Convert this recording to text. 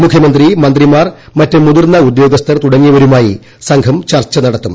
മുഖ്യമന്ത്രി മന്ത്രിമാർ മറ്റ് മുതിർന്ന ഉദ്യോഗസ്ഥർ തുടങ്ങിയവരുമായി സം ്ലം ചർച്ച നടത്തും